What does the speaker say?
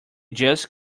just